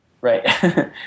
Right